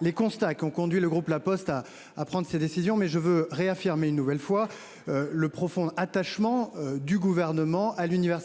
les constats qui ont conduit le groupe La Poste a à prendre ses décisions, mais je veux réaffirmer une nouvelle fois. Le profond attachement du gouvernement à l'univers.